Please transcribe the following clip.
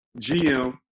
GM